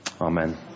Amen